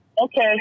Okay